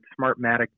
Smartmatic